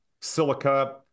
silica